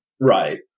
right